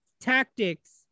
Tactics